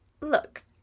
look